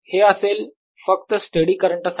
हे असेल फक्त स्टेडी करंट साठी